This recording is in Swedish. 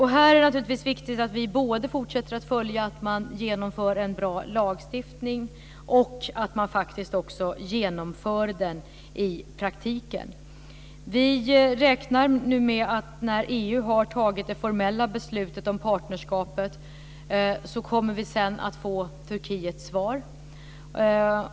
Här är det naturligtvis viktigt att vi fortsätter att följa att man genomför en bra lagstiftning och att man faktiskt också genomför den i praktiken. Vi räknar med att när EU har fattat det formella beslutet om partnerskapet så kommer vi att få Turkiets svar.